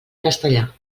castellà